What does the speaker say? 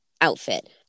outfit